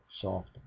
soft